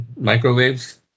microwaves